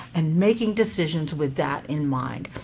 and making decisions with that in mind.